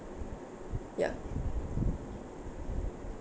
ya